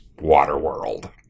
Waterworld